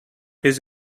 his